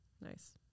Nice